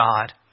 God